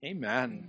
Amen